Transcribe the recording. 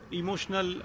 emotional